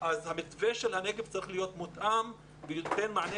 המתווה של הנגב צריך להיות מותאם כדי לתת מענה